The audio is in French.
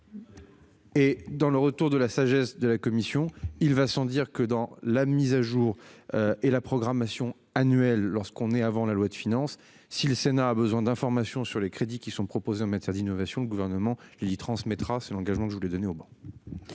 Et dans le retour de la sagesse de la commission. Il va sans dire que dans la mise à jour. Et la programmation annuelle lorsqu'on est avant la loi de finances. Si le Sénat a besoin d'informations sur les crédits qui sont proposées en matière d'innovation, le gouvernement il transmettra c'est l'engagement que je voulais donner au.